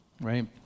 Right